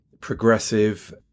progressive